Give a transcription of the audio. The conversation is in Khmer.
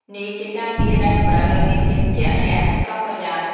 នេះជាការងារដែលតម្រូវឲ្យមានភាពជាក់លាក់ និងប្រុងប្រយ័ត្ន។